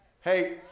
Hey